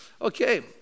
Okay